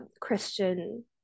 Christian